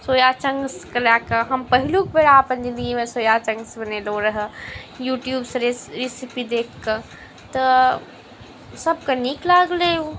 सोया चँक्सके लऽ कऽ हम पहिलुक बेर अपन जिनगीमे सोया चँक्स बनेलहुँ रहै यूट्यूबसँ रेसिपी देखिके तऽ सबके नीक लागलै ओ